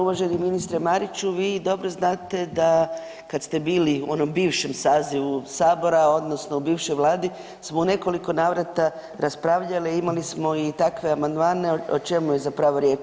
Uvaženi ministre Mariću vi dobro znate da kad ste bili u onom bivšem sazivu sabora odnosno u bivšoj vladi smo u nekoliko navrata raspravljali, a imali smo i takve amandmane, o čemu je zapravo riječ.